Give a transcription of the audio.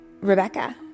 Rebecca